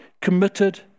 committed